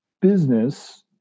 business